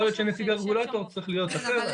יכול להיות שנציג הרגולטור צריך להיות אחר.